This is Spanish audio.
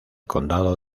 condado